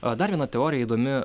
dar viena teorija įdomi